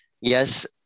yes